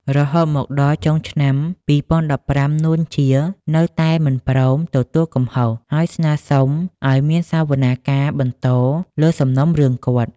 រហូតមកដល់ចុងឆ្នាំ២០១៥ នួន ជា នៅតែមិនព្រម ទទួលកំហុស ហើយស្នើរសុំឱ្យមានសាវនាការបន្តលើសំណុំរឿងគាត់។